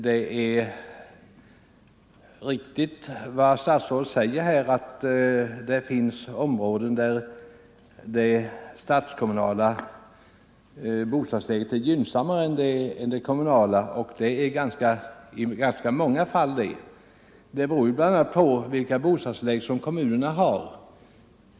Det är riktigt som statsrådet säger, att det finns områden där det statskommunala bostadstillägget är gynnsammare än det kommunala, och det gäller i ganska många fall. Det beror bl.a. på vilka bostadstillägg som kommunerna har.